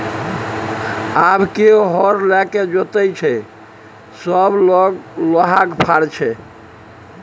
आब के हर लकए जोतैय छै सभ लग लोहाक फार छै